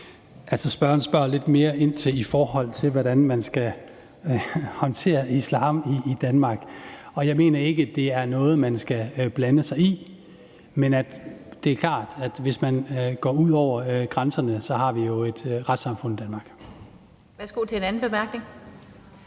spørger lidt mere ind til det med, hvordan man skal håndtere islam i Danmark. Jeg mener ikke, det er noget, man skal blande sig i, men det er klart, at hvis man går ud over grænserne, har vi jo et retssamfund i Danmark til at håndtere det.